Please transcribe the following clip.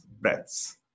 breaths